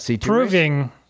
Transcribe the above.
Proving